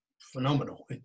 phenomenal